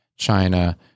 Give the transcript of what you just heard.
China